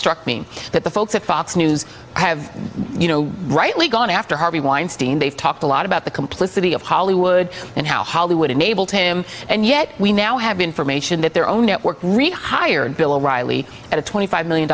struck me that the folks at fox news have you know rightly gone after harvey weinstein they've talked a lot about the complicity of hollywood and how hollywood unable to him and yet we now have information that their own network rehired bill o'reilly at a twenty five million